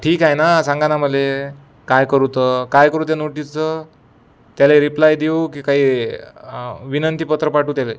ठीक आहे ना सांगा ना मला काय करू तर काय करू त्या नोटिसचं त्याला रिप्लाय देऊ की काही विनंतीपत्र पाठवू त्याला